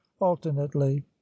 alternately